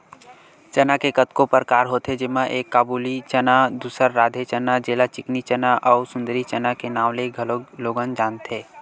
चना के कतको परकार होथे जेमा एक काबुली चना, दूसर राधे चना जेला चिकनी चना अउ सुंदरी चना के नांव ले घलोक लोगन जानथे